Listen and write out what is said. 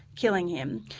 killing him.